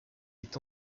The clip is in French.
est